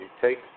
take